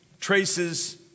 traces